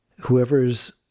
whoever's